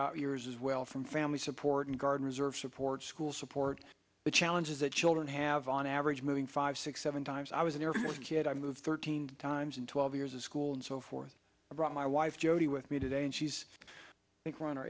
out years as well from family support and guard reserve support school support the challenges that children have on average moving five six seven times i was an air force kid i moved thirteen times in twelve years of school and so forth i brought my wife jody with me today and she's